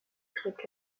grecque